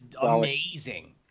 amazing